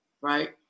right